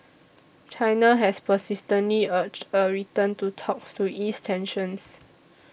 China has persistently urged a return to talks to ease tensions